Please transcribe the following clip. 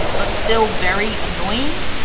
but still very annoying.